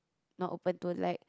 not open to like